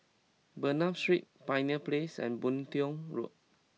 Bernam Street Pioneer Place and Boon Tiong Road